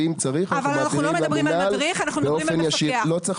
ואם צריך אנחנו מעבירים למינהל באופן ישיר.